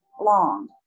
long